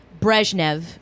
Brezhnev